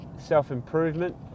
self-improvement